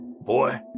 Boy